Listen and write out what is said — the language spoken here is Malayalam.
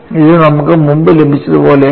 ഇത് നമുക്ക് മുമ്പ് ലഭിച്ചതുപോലെയായിരുന്നു